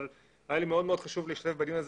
אבל היה לי מאוד מאוד חשוב להשתתף בדיון הזה